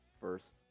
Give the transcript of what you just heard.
first